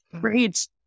Great